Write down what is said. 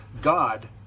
God